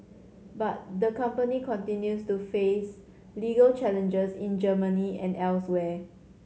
but the company continues to face legal challenges in Germany and elsewhere